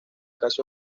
casi